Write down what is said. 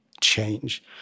change